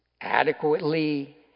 adequately